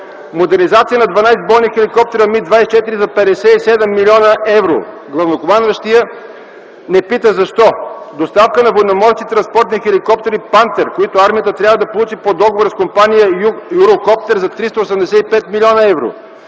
Модернизация на 12 бойни хеликоптера „Ми-24” за 57 млн. евро – главнокомандващият не пита защо. Доставка на военноморски транспортни хеликоптери „Пантер”, които армията трябва да получи по договора с компания „Юрокоптер” за 385 млн. евро.